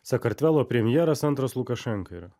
sakartvelo premjeras antras lukašenka yra